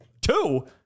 Two